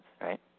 right